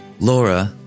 Laura